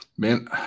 Man